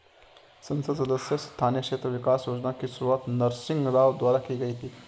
संसद सदस्य स्थानीय क्षेत्र विकास योजना की शुरुआत नरसिंह राव द्वारा की गई थी